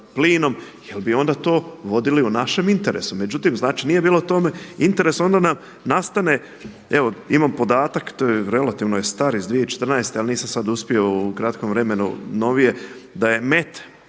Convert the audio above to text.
plinom jer bi onda to vodili u našem interesu. Međutim, znači nije bilo u tome interesa, onda nam nastane, evo, imam podatak, relativno je star iz 2014. ali nisam sada uspio u kratkom vremenu novije da je MET